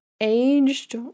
aged